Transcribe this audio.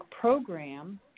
program